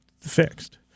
fixed